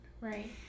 Right